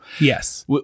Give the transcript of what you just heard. Yes